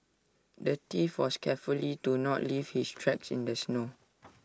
the thief was careful to not leave his tracks in the snow